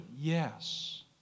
Yes